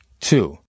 Two